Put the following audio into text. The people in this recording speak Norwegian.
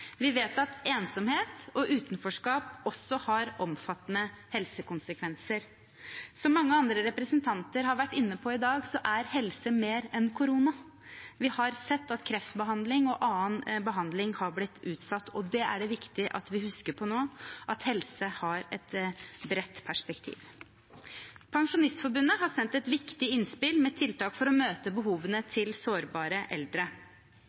Vi vet at ensomhet og utenforskap også har omfattende helsekonsekvenser. Som mange andre representanter har vært inne på i dag, er helse mer enn korona. Vi har sett at kreftbehandling og annen behandling har blitt utsatt, og det er det viktig at vi husker på nå – at helse har et bredt perspektiv. Pensjonistforbundet har sendt et viktig innspill med viktige tiltak for å møte